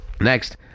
Next